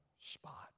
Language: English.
spot